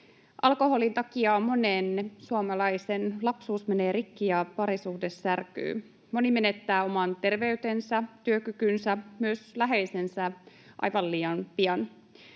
Alkoholin takia monen suomalaisen lapsuus menee rikki ja parisuhde särkyy. Moni menettää oman terveytensä, työkykynsä, myös läheisensä aivan liian pian.